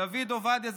דוד עובדיה,